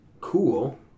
cool